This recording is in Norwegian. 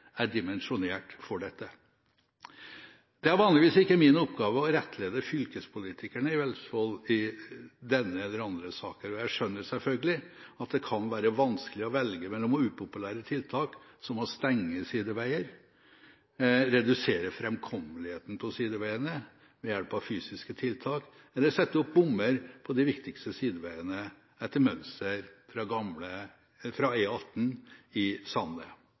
er dimensjonert for dette. Det er vanligvis ikke min oppgave å rettlede fylkespolitikerne i Vestfold i denne eller andre saker, og jeg skjønner selvfølgelig at det kan være vanskelig å velge mellom upopulære tiltak som å stenge sideveier, redusere framkommeligheten på sideveiene ved hjelp av fysiske tiltak, eller sette opp bommer på de viktigste sideveiene etter mønster fra E18 i Sande.